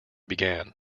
began